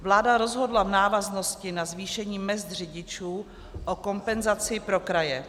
Vláda rozhodla v návaznosti na zvýšení mezd řidičů o kompenzaci pro kraje.